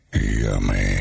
Yummy